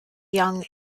young